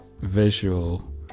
visual